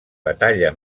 batalla